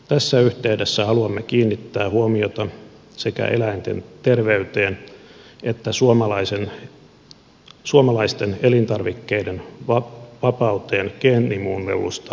tässä yhteydessä haluamme kiinnittää huomiota sekä eläinten terveyteen että suomalaisten elintarvikkeiden vapauteen geenimuunnellusta elintarviketuotannosta